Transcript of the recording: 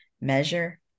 measure